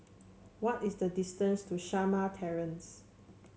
what is the distance to Shamah Terrace